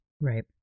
Right